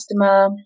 customer